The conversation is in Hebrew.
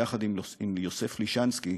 שיחד עם יוסף לישנסקי,